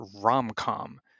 rom-com